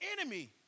enemy